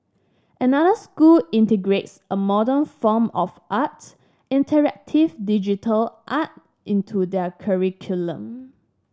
another school integrates a modern form of art interactive digital art into their curriculum